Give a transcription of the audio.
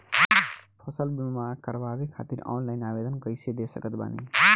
फसल बीमा करवाए खातिर ऑनलाइन आवेदन कइसे दे सकत बानी?